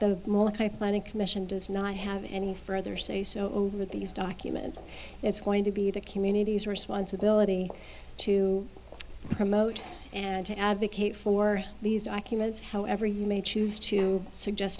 commission does not have any further say so with these documents it's going to be the community's responsibility to promote and to advocate for these documents however you may choose to suggest